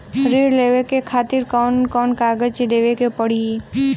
ऋण लेवे के खातिर कौन कोन कागज देवे के पढ़ही?